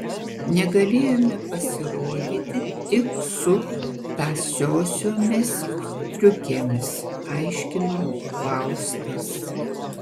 negalėjome pasirodyti tik su tąsiosiomis striukėmis aiškino faustas